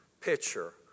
picture